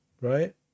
right